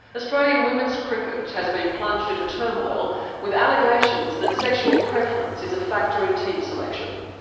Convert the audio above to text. australian women's cricket has been plunged into turmoil with allegations that sexual preference is a factor in team selection.